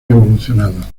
evolucionado